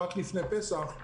ובצדק,